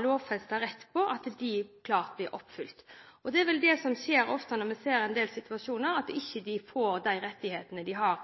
lovfestede rettigheter klart blir oppfylt. Og det er vel det som ofte skjer i en del situasjoner, at de ikke får de rettighetene de lovmessig har